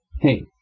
Hey